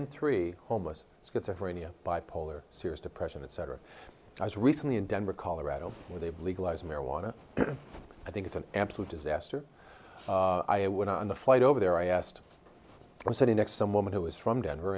in three homeless schizophrenia bipolar serious depression etc i was recently in denver colorado where they legalized marijuana i think it's an absolute disaster i went on the flight over there i asked i'm sitting next to some woman who was from denver